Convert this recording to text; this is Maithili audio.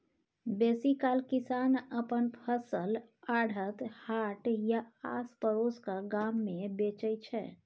बेसीकाल किसान अपन फसल आढ़त, हाट या आसपरोसक गाम मे बेचै छै